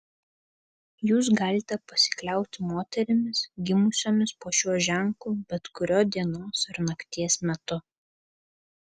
jūs galite pasikliauti moterimis gimusiomis po šiuo ženklu bet kuriuo dienos ar nakties metu